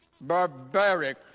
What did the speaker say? barbaric